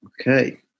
Okay